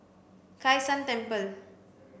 Kai San Temple